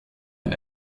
ein